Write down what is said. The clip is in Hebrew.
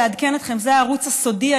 לעדכן אתכם: זה היום הערוץ הסודי,